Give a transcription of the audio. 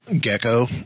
Gecko